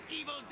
evil